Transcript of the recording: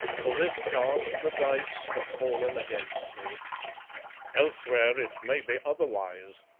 for this cast the dice have fallen against me elsewhere it may be otherwise.